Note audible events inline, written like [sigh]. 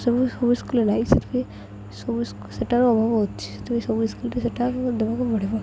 ସବୁ ସ୍କୁଲରେ [unintelligible] ସବୁ ସେଠାର ଅଭାବ ଅଛି ସେ ବି ସବୁ ସ୍କୁଲରେ ସେଟା ଦେବାକୁ ପଡ଼ିବ